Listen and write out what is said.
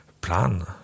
plan